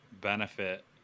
benefit